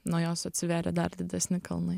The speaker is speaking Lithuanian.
nuo jos atsivėrė dar didesni kalnai